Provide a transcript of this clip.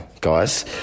guys